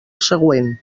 següent